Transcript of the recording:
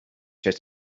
just